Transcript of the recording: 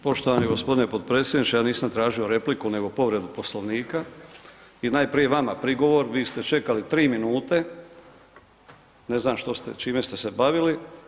Poštovani gospodine podpredsjedniče, ja nisam tražio repliku nego povredu Poslovnika i najprije vama prigovor, vi ste čekali 3 minute, ne znam što ste, čime ste se bavili.